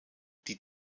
die